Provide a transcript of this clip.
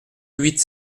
huit